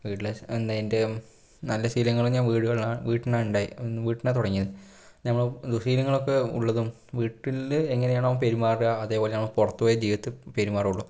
വീട്ടിലെ എന്ന എൻ്റെ നല്ല ശീലങ്ങള് ഞാൻ വീടുകള് വീട്ടിൽ നിന്നാണുടായത് വീട്ടിൽ നിന്നാണ് തുടങ്ങിയത് നമ്മള് ദുശീലങ്ങളൊക്കെ ഉള്ളതും വീട്ടില് എങ്ങനയാണോ പെരുമാറുക അതേപോലെയാണ് പുറത്ത് പോയി തീർത്തും പെരുമാറുകയുള്ളു